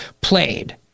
played